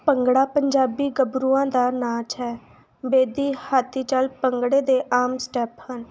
ਭੰਗੜਾ ਪੰਜਾਬੀ ਗੱਭਰੂਆਂ ਦਾ ਨਾਚ ਹੈ ਬੇਦੀ ਹਾਥੀ ਜਲ ਭੰਗੜੇ ਦੇ ਆਮ ਸਟੈਪ ਹਨ